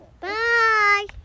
Bye